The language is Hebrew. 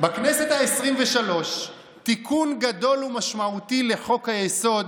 בכנסת העשרים-ושלוש תיקון גדול ומשמעותי לחוק-היסוד,